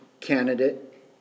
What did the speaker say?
candidate